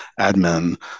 admin